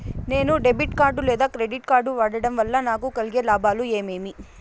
నేను debit card లేదా credit card వాడడం వల్ల నాకు కలిగే లాభాలు ఏమేమీ?